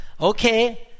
Okay